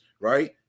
right